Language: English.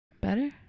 better